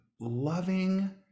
loving